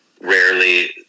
rarely